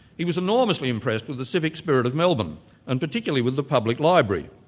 he was enormously impressed with the civic spirit of melbourne and particularly with the public library.